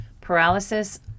Paralysis